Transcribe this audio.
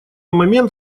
момент